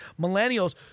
millennials